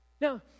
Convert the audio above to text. Now